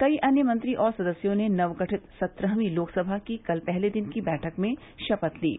कई अन्य मंत्री और सदस्यों ने नवगठित सत्रहवी लोकसभा की कल पहले दिन की बैठक में शपथ ली